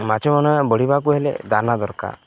ମାଛ ମାନେ ବଢ଼ିବାକୁ ହେଲେ ଦାନା ଦରକାର